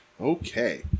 Okay